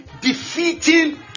defeating